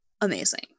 amazing